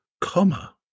comma